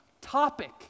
topic